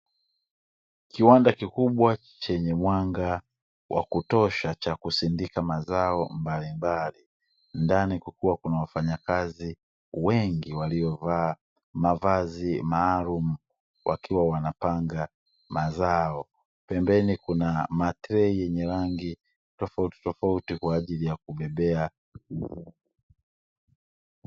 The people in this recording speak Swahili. Kiwanda kikubwa chenye mwanga wa kutosha cha kusindika mazao mbalimbali ndani kukiwa kuna wafanyakazi wengi waliovaa mavazi maalumu wakiwa wanapanga mazao, pembeni kuna matrei yenye rangi tofauti tofauti kwa ajili ya kubebea.